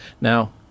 Now